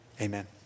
amen